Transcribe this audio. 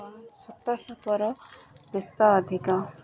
ଛୋଟ ସାପର ବିଷ ଅଧିକ